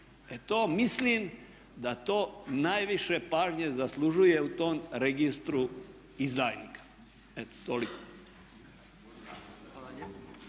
mislim da to najviše pažnje zaslužuje u tom registru izdajnika. Eto toliko.